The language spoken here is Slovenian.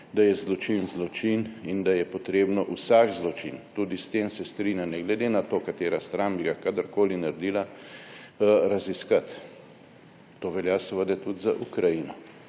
da je zločin zločin in da je potrebno vsak zločin, tudi s tem se strinjam, ne glede na to, katera stran bi ga kadarkoli naredila, raziskati. To velja seveda tudi za Ukrajino,